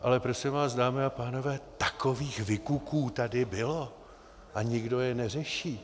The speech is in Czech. Ale prosím vás, dámy a pánové, takových vykuků tady bylo a nikdo je neřeší.